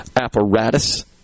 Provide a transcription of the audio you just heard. apparatus